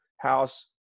house